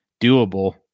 Doable